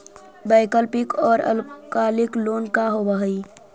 वैकल्पिक और अल्पकालिक लोन का होव हइ?